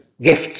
gifts